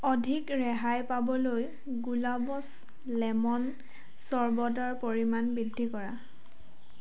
অধিক ৰেহাই পাবলৈ গুলাবছ লেমন চৰবতৰ পৰিমাণ বৃদ্ধি কৰা